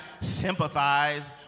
sympathize